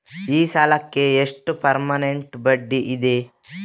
ಈ ಸಾಲಕ್ಕೆ ಎಷ್ಟು ಪರ್ಸೆಂಟ್ ಬಡ್ಡಿ ಇದೆ?